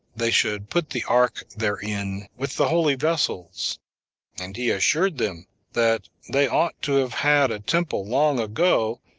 they should put the ark therein, with the holy vessels and he assured them that they ought to have had a temple long ago,